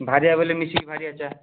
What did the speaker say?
ଭାରିବା ବଲେ ମିଶିକି ଭାରିବା ଚା